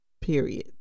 period